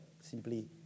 simply